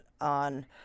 on